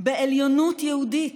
בעליונות יהודית,